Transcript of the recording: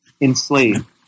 enslaved